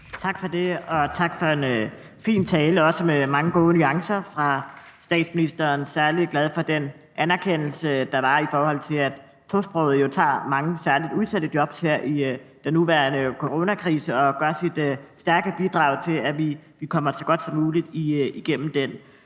Tak for det, og tak for en fin tale fra statsministerens side, også med mange gode nuancer. Jeg var særlig glad for den anerkendelse, der var, i forhold til at mange tosprogede jo tager mange udsatte jobs her under den nuværende coronakrise og giver deres stærke bidrag til, at vi kommer så godt som muligt igennem den.